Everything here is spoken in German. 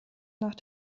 nach